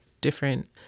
different